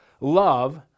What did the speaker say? love